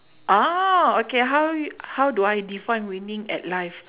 ah okay how y~ how do I define winning at life